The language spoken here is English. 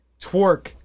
twerk